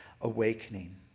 awakening